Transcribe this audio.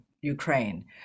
Ukraine